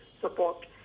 support